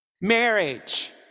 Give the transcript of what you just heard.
marriage